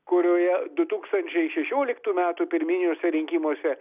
kurioje du tūkstančiai šešioliktų metų pirminiuose rinkimuose